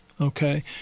okay